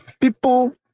people